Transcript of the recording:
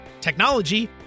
technology